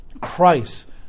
Christ